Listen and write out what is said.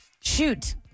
Shoot